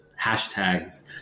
hashtags